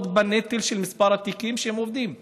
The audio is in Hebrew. בנטל של מספר התיקים שהם עובדים עליהם,